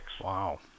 Wow